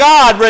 God